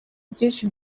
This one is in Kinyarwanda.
byinshi